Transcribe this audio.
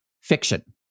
fiction